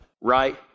right